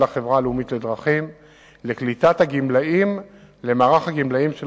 משרדי יעקב גנות בנושא הטיפול בגמלאי מע"צ.